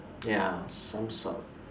ya some sort